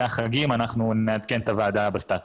החגים אנחנו נעדכן את הוועדה בסטטוס.